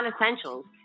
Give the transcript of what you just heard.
Essentials